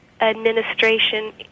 Administration